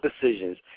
decisions